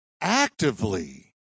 actively